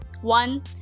One